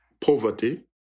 poverty